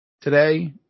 today